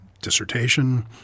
dissertation